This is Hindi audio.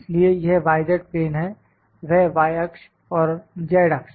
इसलिए यह y z प्लेन है वह y अक्ष है और z अक्ष